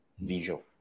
visual